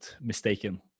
mistaken